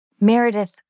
Meredith